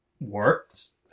works